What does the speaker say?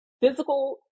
physical